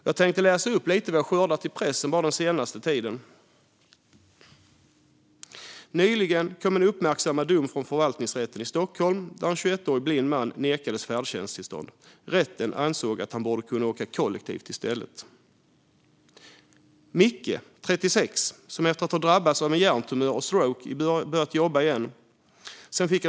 Jag tänkte läsa upp lite av vad jag skördat i pressen bara den senaste tiden: "Nyligen kom en uppmärksammad dom från Förvaltningsrätten i Stockholm där en 21-årig blind man nekades färdtjänsttillstånd. Rätten ansåg att han borde kunna åka kollektivt istället." "Micke, 36 att ha drabbats av en hjärntumör och en stroke börjat jobba igen.